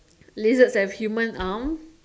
lizards have human arm